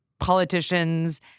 politicians